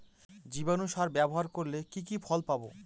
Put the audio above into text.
জীবাণু সার ব্যাবহার করলে কি কি ফল পাবো?